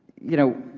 you know,